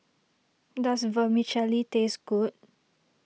does Vermicelli taste good